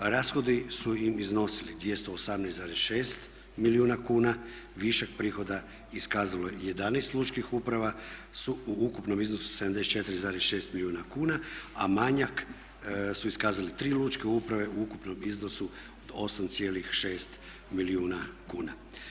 Rashodi su iznosili 218,6 milijuna kuna, višak prihoda iskazalo je 11 lučkih uprava u ukupnom iznosu 74,6 milijuna kuna, a manjak su iskazale 3 lučke uprave u ukupnom iznosu od 8,6 milijuna kuna.